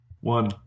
One